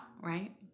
right